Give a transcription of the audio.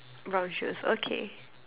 brown shoes okay